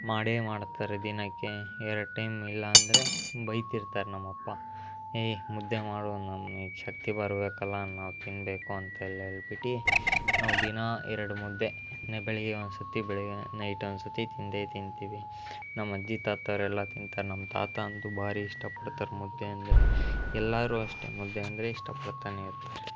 ಮಾಡೇ ಮಾಡ್ತಾರೆ ದಿನಕ್ಕೆ ಎರಡು ಟೈಮ್ ಇಲ್ಲ ಅಂದರೆ ಬೈತಿರ್ತಾರೆ ನಮ್ಮಪ್ಪ ಏಯ್ ಮುದ್ದೆ ಮಾಡು ನಮ್ಮ ಶಕ್ತಿ ಬರಬೇಕಲ್ಲ ನಾವು ತಿನ್ನಬೇಕು ಅಂತ ಎಲ್ಲ ಹೇಳ್ಬಿಟ್ಟು ನಾವು ದಿನಾ ಎರಡು ಮುದ್ದೆ ಬೆಳಿಗ್ಗೆ ಒಂದು ಸರ್ತಿ ಬೆಳಿಗ್ಗೆ ನೈಟ್ ಒಂದು ಸರ್ತಿ ತಿಂದೇ ತಿಂತೀವಿ ನಮ್ಮ ಅಜ್ಜಿ ತಾತಾವ್ರು ಎಲ್ಲ ತಿಂತಾರೆ ನಮ್ಮ ತಾತ ಅಂತೂ ಭಾರಿ ಇಷ್ಟಪಡ್ತಾರೆ ಮುದ್ದೆ ಅಂದರೆ ಎಲ್ಲರೂ ಅಷ್ಟೇ ಮುದ್ದೆ ಅಂದರೆ ಇಷ್ಟಪಡ್ತಾನೆ ಇರ್ತಾರೆ